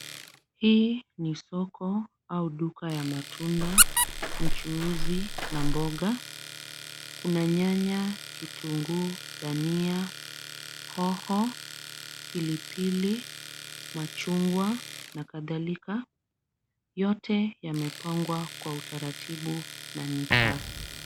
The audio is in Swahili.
Hii ni soko au duka ya matunda, mchuuzi na mboga. Kuna nyanya, kitunguu, dania, hoho, pilipili, machungwa na kadhalika. Yote yamepangwa kwa utaratibu na ni safi.